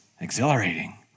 Exhilarating